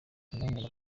nyinawumuntu